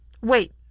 Wait